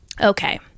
Okay